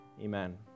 Amen